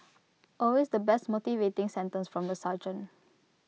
always the best motivating sentence from the sergeant